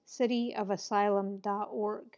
cityofasylum.org